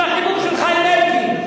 עם החיבור שלך עם אלקין.